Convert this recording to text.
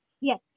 Yes